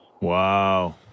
Wow